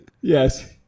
yes